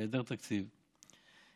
בהיעדר תקציב,